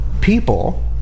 people